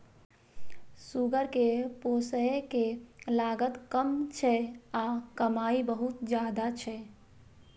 सुअर कें पोसय के लागत कम छै आ कमाइ बहुत ज्यादा छै